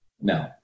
No